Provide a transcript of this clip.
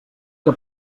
que